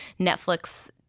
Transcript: Netflix